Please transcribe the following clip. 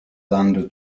lando